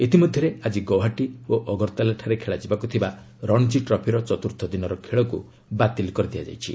ଇତିମଧ୍ୟରେ ଆଜି ଗୋହାଟୀ ଓ ଅଗରତାଲାଠାରେ ଖେଳାଯିବାକୁ ଥିବା ରଣଜୀ ଟ୍ରଫିର ଚତୁର୍ଥଦିନର ଖେଳକୁ ବାତିଲ କରିଦିଆଯାଇଛି